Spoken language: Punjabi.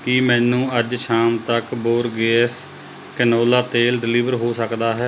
ਕੀ ਮੈਨੂੰ ਅੱਜ ਸ਼ਾਮ ਤੱਕ ਬੋਰਗੇਸ ਕੈਨੋਲਾ ਤੇਲ ਡਿਲੀਵਰ ਹੋ ਸਕਦਾ ਹੈ